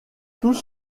tous